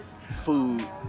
food